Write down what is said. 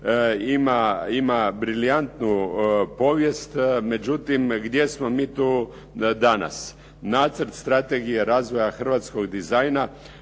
ima briljantu povijest. Međutim, gdje smo mi tu danas? Nacrt strategije razvoja hrvatskog dizajna